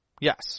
yes